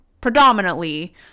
predominantly